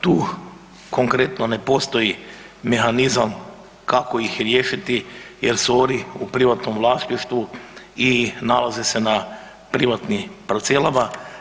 Tu konkretno ne postoji mehanizam kako ih riješiti jer su oni u privatnom vlasništvu i nalaze se na privatnim parcelama.